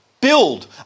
Build